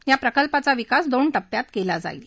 या प्रकल्पाचा विकास दोन टप्प्यात केला जाईल